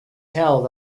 held